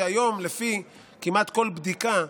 שהיום לפי כמעט כל בדיקה,